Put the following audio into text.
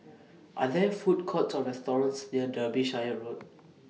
Are There Food Courts Or restaurants near Derbyshire Road